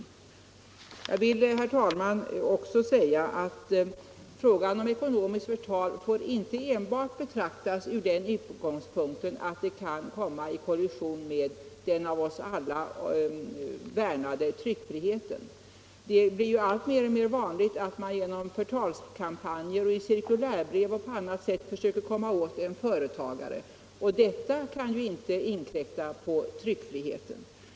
Vidare vill jag säga, herr talman, att frågan om ekonomiskt förtal inte enbart får betraktas från den utgångspunkten, att man kan råka i kollision med den av oss alla värnade tryckfriheten. Det blir ju alltmer vanligt att man genom förtalskampanjer, cirkulärbrev och på annat sätt försöker komma åt företagare, och att förhindra sådant kan ju inte inkräkta på tryckfriheten.